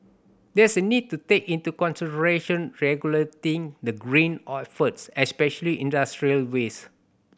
there is a need to take into consideration regulating the green efforts especially industrial waste